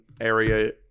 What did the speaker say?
area